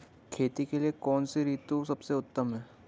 खेती के लिए कौन सी ऋतु सबसे उत्तम है?